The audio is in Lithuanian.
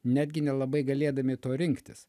net gi nelabai galėdami to rinktis